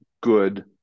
good